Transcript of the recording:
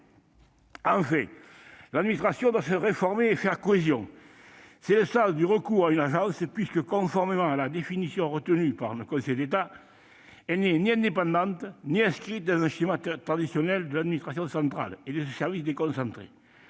Enfin, l'administration doit se réformer et faire cohésion. C'est le sens du recours à une agence, puisque, conformément à la définition retenue par le Conseil d'État, elle n'est ni indépendante ni inscrite dans le schéma traditionnel de l'administration centrale et de ses services déconcentrés.